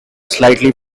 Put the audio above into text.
slightly